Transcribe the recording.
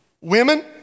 Women